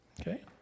Okay